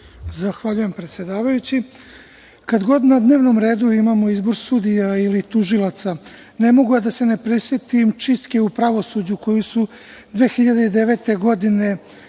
Zahvaljujem, predsedavajući. Kada god na dnevnom redu imamo izbor sudija ili tužilaca, ne mogu a da se ne prisetim čistke u pravosuđu koju su 2009. godine